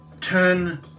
Turn